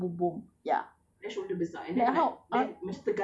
ya